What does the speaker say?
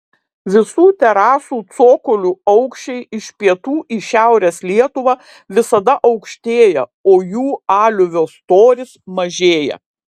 visų terasų cokolių aukščiai iš pietų į šiaurės lietuvą visada aukštėja o jų aliuvio storis mažėja